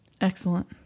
Excellent